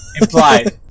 Implied